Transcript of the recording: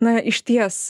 na išties